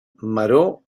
maror